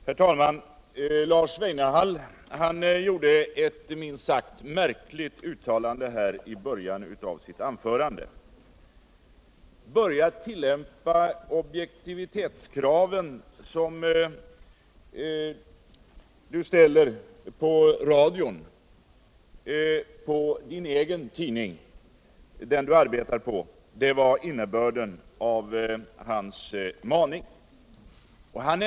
Herr talman! Herr Weinehall gjorde cut minst sagt märkligt uttalande i början av sitt anförande. Ställ på din egen tidning samma objektivitetskrav som du ställer på radion, var innebörden I hans maning.